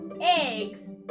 eggs